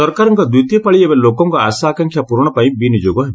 ସରକାରଙ୍କ ଦ୍ୱିତୀୟ ପାଳି ଏବେ ଲୋକଙ୍କ ଆଶା ଆକାଂକ୍ଷା ପ୍ରରଣ ପାଇଁ ବିନିଯୋଗ ହେବ